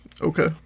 Okay